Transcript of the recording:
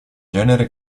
genere